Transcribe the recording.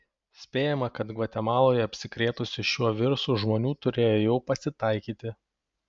spėjama kad gvatemaloje apsikrėtusių šiuo virusu žmonių turėjo jau pasitaikyti